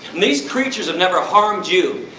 these creatures have never harmed you,